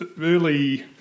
early